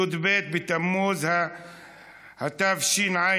י"ב בתמוז התשע"ח,